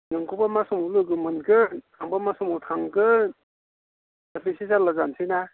नोंखौब्ला मा समाव लोगो मोनगोन आंब्ला मा समाव थांगोन दा बेसो जाल्ला जानोसै ना